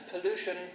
pollution